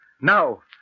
Now